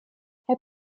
herr